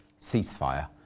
ceasefire